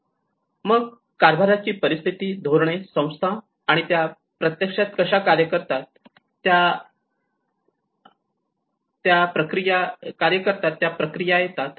आणि मग कारभाराची परिस्थिती धोरणे संस्था आणि त्या प्रत्यक्षात कशा कार्य करतात त्या प्रक्रिया येतात